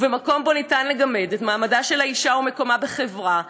ובמקום שבו ניתן לגמד את מעמדה של האישה ומקומה בחברה,